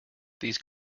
these